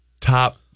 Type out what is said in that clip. Top